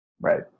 Right